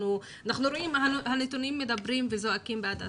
אנחנו רואים, הנתונים מדברים וזועקים בעד עצמם.